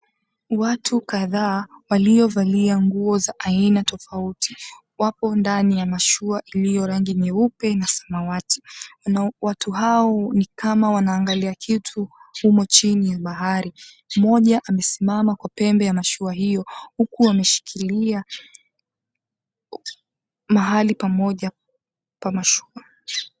Watu kadhaa waliovalia nguo za aina tofauti wapo ndani ya mashua iliyo rangi nyeupe na samawati. Na watu hao ni kama wanaangalia kitu humo chini ya bahari. Mmoja amesimama kwa pembe ya mashua hiyo, huku wameshikilia mahali pamoja pa mashua.